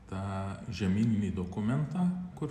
tą žemyninį dokumentą kur